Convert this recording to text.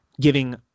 giving